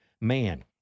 man